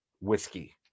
whiskey